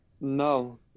no